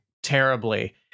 terribly